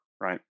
right